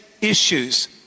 issues